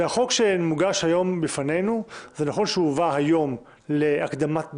החוק שמוגש בפנינו נכון שהוא הובא היום להקדמת דיון,